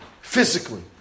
physically